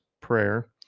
Prayer